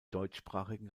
deutschsprachigen